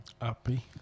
Happy